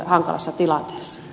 arvoisa puhemies